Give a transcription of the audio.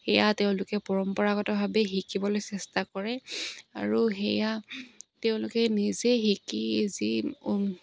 সেয়া তেওঁলোকে পৰম্পৰাগতভাৱে শিকিবলৈ চেষ্টা কৰে আৰু সেয়া তেওঁলোকে নিজে শিকি যি